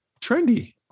trendy